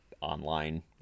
online